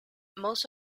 most